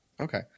okay